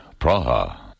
Praha